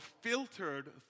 filtered